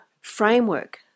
framework